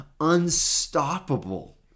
unstoppable